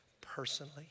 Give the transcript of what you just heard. personally